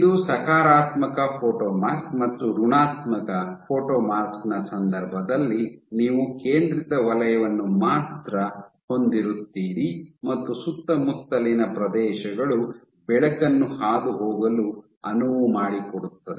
ಇದು ಸಕಾರಾತ್ಮಕ ಫೋಟೊಮಾಸ್ಕ್ ಮತ್ತು ಋಣಾತ್ಮಕ ಫೋಟೊಮಾಸ್ಕ್ ನ ಸಂದರ್ಭದಲ್ಲಿ ನೀವು ಕೇಂದ್ರಿತ ವಲಯವನ್ನು ಮಾತ್ರ ಹೊಂದಿರುತ್ತೀರಿ ಮತ್ತು ಸುತ್ತಮುತ್ತಲಿನ ಪ್ರದೇಶಗಳು ಬೆಳಕನ್ನು ಹಾದುಹೋಗಲು ಅನುವು ಮಾಡಿಕೊಡುತ್ತದೆ